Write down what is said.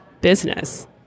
business